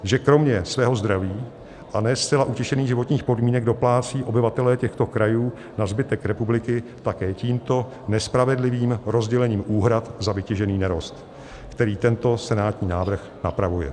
Že kromě svého zdraví a ne zcela utěšených životních podmínek doplácejí obyvatelé těchto krajů na zbytek republiky také nespravedlivým rozdělením úhrad za vytěžený nerost, který tento senátní návrh napravuje.